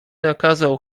nakazał